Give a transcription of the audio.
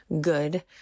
Good